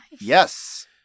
Yes